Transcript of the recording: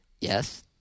Yes